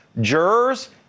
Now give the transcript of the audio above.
jurors